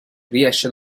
riesce